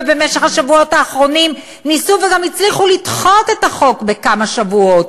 ובמשך השבועות האחרונים ניסו וגם הצליחו לדחות את החוק בכמה שבועות,